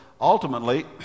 ultimately